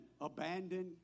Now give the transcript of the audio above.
abandoned